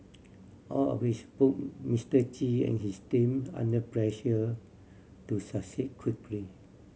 all of which put Mister Chi and his team under pressure to succeed quickly